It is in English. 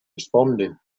responding